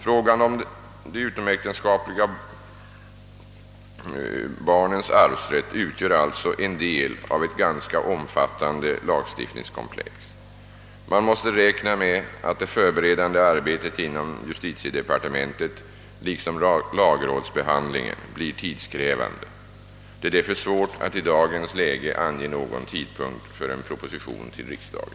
Frågan om de utomäktenskapliga barnens arvsrätt utgör alltså en del av ett ganska omfattande <lagstiftningskomplex. Man måste räkna med att det förberedande arbetet inom justitiedepartementet liksom lagrådsbehandlingen blir tidskrävande. Det är därför svårt att i dagens läge ange någon tidpunkt för en proposition till riksdagen.